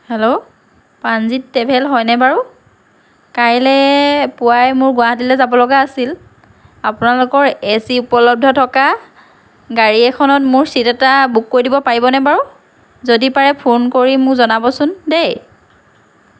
hello Pranjit travel হয়নে বাৰু কাইলৈ পুৱাই মোৰ গুৱাহাটীলৈ যাবলগীয়া আছিল আপোনালোকৰ এ চি উপলব্ধ থকা গাড়ী এখনত মোৰ চিট এটা বুক কৰি দিব পাৰিবনে বাৰু যদি পাৰে ফোন কৰি মোক জনাবচোন দেই